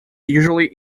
usually